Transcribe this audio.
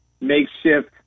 makeshift